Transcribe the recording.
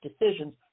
decisions